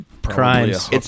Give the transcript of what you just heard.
Crimes